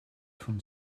von